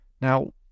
Now